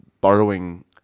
borrowing